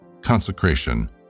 consecration